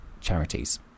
charities